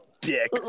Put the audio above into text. dick